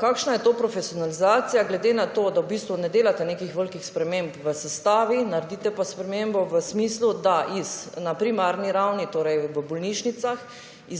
Kakšna je to profesionalizacija glede na to, da v bistvu ne delate nekih velikih sprememb v sestavi, naredite pa spremembo v smislu, da iz na primarni ravni, torej v bolnišnicah